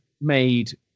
made